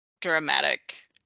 dramatic